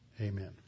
Amen